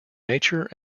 nature